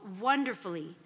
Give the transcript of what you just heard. wonderfully